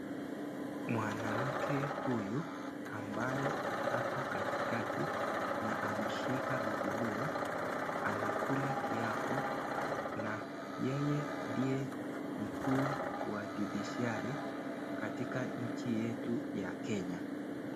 Mwanamke huyu ambaye ako katikati na ameshika bibilia anakula kiapo na yeye ndiye mkuu wa Judiciary katika nchi yetu ya kenya.